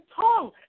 tongue